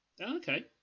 okay